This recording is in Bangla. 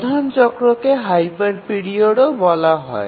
প্রধান চক্রকে হাইপার পিরিয়ডও বলা হয়